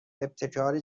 ابتکاری